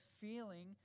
feeling